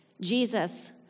Jesus